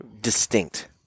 distinct